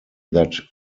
that